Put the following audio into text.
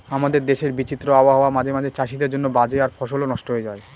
আমাদের দেশের বিচিত্র আবহাওয়া মাঝে মাঝে চাষীদের জন্য বাজে আর ফসলও নস্ট হয়ে যায়